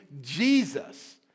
Jesus